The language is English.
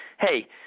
hey